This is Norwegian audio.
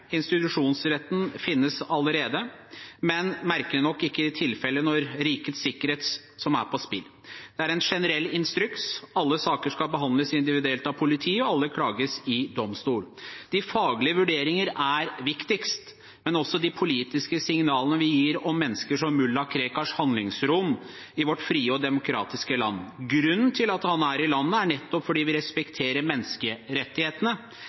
finnes allerede, men merkelig nok ikke i tilfeller der rikets sikkerhet står på spill. Det er en generell instruks. Alle saker skal behandles individuelt av politiet, og alle klager skal til domstolen. De faglige vurderinger er viktigst, men også de politiske signalene vi gir om mennesker som Mulla Krekars handlingsrom i vårt frie og demokratiske land. Grunnen til at han er i landet er at vi respekterer menneskerettighetene,